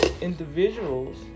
individuals